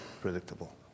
predictable